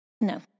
no